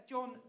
John